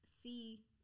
see